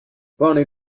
bonnie